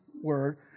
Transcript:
word